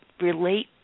relate